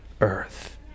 earth